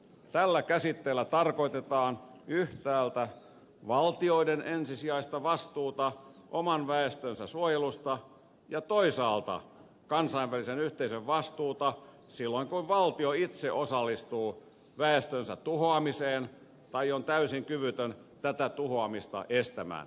tällä käsitteellä tarkoitetaan yhtäältä valtioiden ensisijaista vastuuta oman väestönsä suojelusta ja toisaalta kansainvälisen yhteisön vastuuta silloin kun valtio itse osallistuu väestönsä tuhoamiseen tai on täysin kyvytön tätä tuhoamista estämään